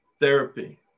therapy